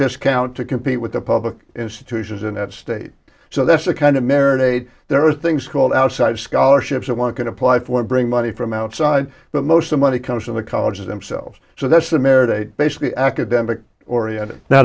discount to compete with the public institutions in that state so that's the kind of merit aid there are things called outside scholarships that one can apply for and bring money from outside but most the money comes from the colleges themselves so that's the merit a basically academic oriented now